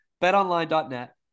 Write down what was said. BetOnline.net